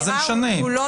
זה 72